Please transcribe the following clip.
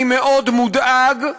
אני מאוד מודאג,